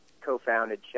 co-founded